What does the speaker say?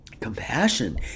Compassion